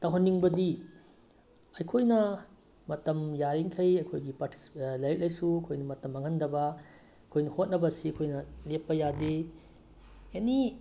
ꯇꯧꯍꯟꯅꯤꯡꯕꯗꯤ ꯑꯩꯈꯣꯏꯅ ꯃꯇꯝ ꯌꯥꯔꯤꯈꯩ ꯑꯩꯈꯣꯏꯒꯤ ꯂꯥꯏꯔꯤꯛ ꯂꯥꯏꯁꯨ ꯑꯩꯈꯣꯏꯅ ꯃꯇꯝ ꯃꯥꯡꯍꯟꯗꯕ ꯑꯩꯈꯣꯏꯅ ꯍꯣꯠꯅꯕꯁꯤ ꯑꯩꯈꯣꯏꯅ ꯂꯦꯞꯄ ꯌꯥꯗꯦ ꯑꯦꯅꯤ